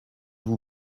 vous